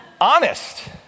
Honest